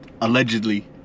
allegedly